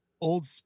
old